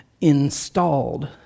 installed